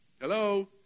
Hello